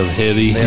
heavy